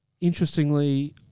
interestingly